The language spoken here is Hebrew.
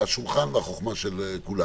השולחן הוא החכמה של כולנו.